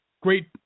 Great